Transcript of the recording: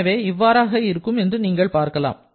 எனவே இவ்வாறாக இருக்கும் என்று நீங்கள் பார்க்கலாம்